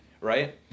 right